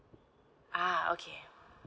ah okay